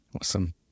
awesome